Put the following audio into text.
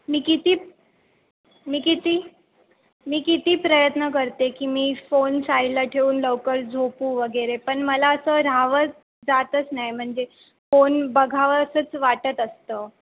मी किती मी किती मी किती प्रयत्न करते की मी फोन साईडला ठेवून लवकर झोपू वगैरे पण मला असं राहावं जातच नाही म्हणजे फोन बघावं असंच वाटत असतं